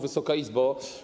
Wysoka Izbo!